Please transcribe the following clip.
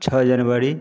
छः जनवरी